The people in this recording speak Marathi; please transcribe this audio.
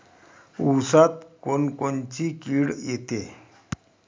ऊसात कोनकोनची किड येते?